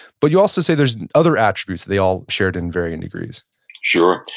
but you also say there's other attributes that they all shared in varying degrees sure.